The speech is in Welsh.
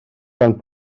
gan